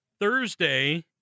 Thursday